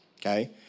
okay